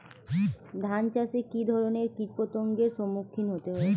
ধান চাষে কী ধরনের কীট পতঙ্গের সম্মুখীন হতে হয়?